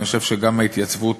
אני חושב שגם ההתייצבות